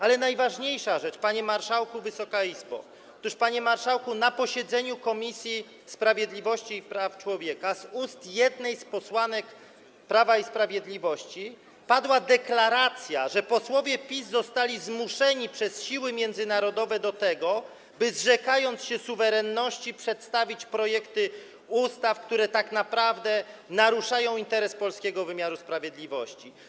Ale najważniejsza rzecz, panie marszałku, Wysoka Izbo: otóż na posiedzeniu Komisji Sprawiedliwości i Praw Człowieka z ust jednej z posłanek Prawa i Sprawiedliwości padła deklaracja, że posłowie PiS zostali zmuszeni przez siły międzynarodowe do tego, by zrzekając się suwerenności, przedstawić projekty ustaw, które tak naprawdę naruszają interes polskiego wymiaru sprawiedliwości.